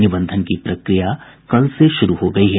निबंधन की प्रक्रिया कल से शुरू हो गयी है